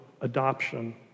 adoption